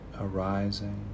arising